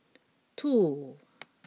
two